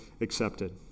accepted